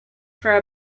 for